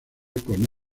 con